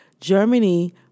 Germany